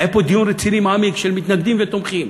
היה פה דיון רציני, מעמיק, של מתנגדים ותומכים.